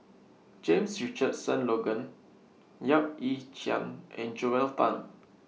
James Richardson Logan Yap Ee Chian and Joel Tan